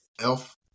Elf